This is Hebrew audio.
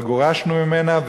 אבל גורשנו ממנה,